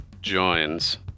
joins